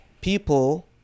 people